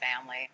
family